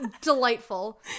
delightful